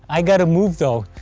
i gotta move though!